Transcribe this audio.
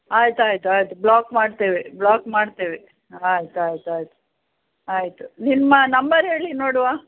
ಆಯ್ತುಆಯ್ತು ಆಯಿತು ಬ್ಲಾಕ್ ಮಾಡ್ತೇವೆ ಬ್ಲಾಕ್ ಮಾಡ್ತೇವೆ ಆಯ್ತುಆಯ್ತುಆಯ್ತು ಆಯಿತು ನಿಮ್ಮ ನಂಬರ್ ಹೇಳಿ ನೋಡುವಾ